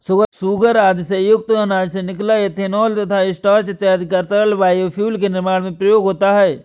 sugar आदि से युक्त अनाज से निकला इथेनॉल तथा स्टार्च इत्यादि का तरल बायोफ्यूल के निर्माण में प्रयोग होता है